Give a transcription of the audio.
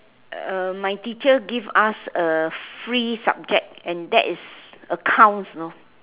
uh my teacher give us a free subject and that is accounts you know